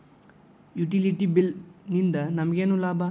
Utility bill ನಿಂದ್ ನಮಗೇನ ಲಾಭಾ?